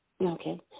Okay